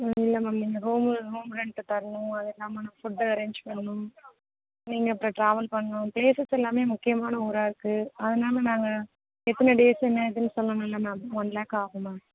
இல்லை மேம் இல்லை room room rent தரணும் இதுல்லாமல் நா ஃபுட் அரேன்ஜ் பண்ணணும் நீங்கள் இப்போ ட்ராவல் பண்ணணும் ப்ளேசஸ் எல்லாமே முக்கியமான ஊராயிருக்கு அதனாலே நாங்கள் எத்தனை டேஸூனு என்ன எது சொல்லணும்லை மேம் ஒன் லேக் ஆகும் மேம்